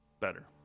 better